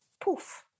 poof